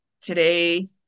today